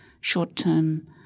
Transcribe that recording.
short-term